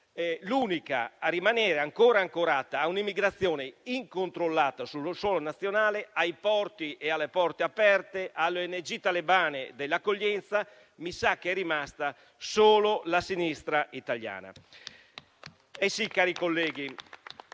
Insomma, a rimanere ancora ancorata a un'immigrazione incontrollata sul suolo nazionale, ai porti e alle porte aperte, alle ONG talebane dell'accoglienza mi sa che è rimasta solo la sinistra italiana. Eh sì, cari colleghi,